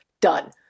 done